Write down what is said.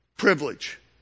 privilege